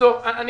בסוף זה כסף.